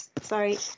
sorry